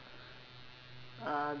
uh